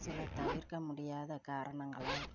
சில தவிர்க்க முடியாத காரணங்களால்